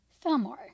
Fillmore